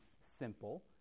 simple